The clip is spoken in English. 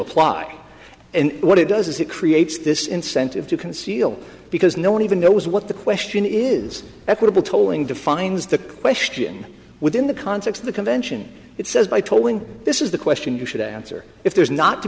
apply and what it does is it creates this incentive to conceal because no one even knows what the question is equitable tolling defines the question within the context of the convention it says by tolling this is the question you should answer if there's not to